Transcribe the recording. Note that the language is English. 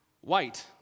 white